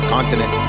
Continent